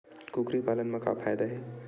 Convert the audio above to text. कुकरी पालन म का फ़ायदा हे?